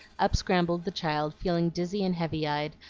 up scrambled the child, feeling dizzy and heavy-eyed,